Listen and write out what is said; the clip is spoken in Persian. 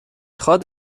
خواد